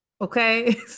Okay